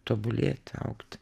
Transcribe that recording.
tobulėti augti